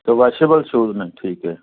ਅਤੇ washable shoes ਨੇ ਠੀਕ ਹੈ